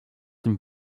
tym